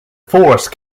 force